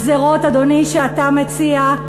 הגזירות, אדוני, שאתה מציע,